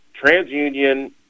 TransUnion